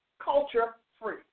culture-free